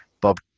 Bob